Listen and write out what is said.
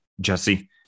Jesse